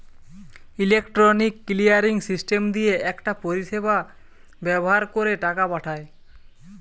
electronic clearing system দিয়ে একটা পরিষেবা ব্যাভার কোরে টাকা পাঠায়